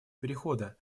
перехода